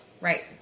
Right